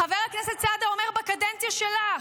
חבר הכנסת סעדה אומר: בקדנציה שלך.